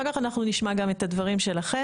אחר כך אנחנו נשמע גם את הדברים שלכם.